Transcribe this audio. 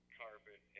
carpet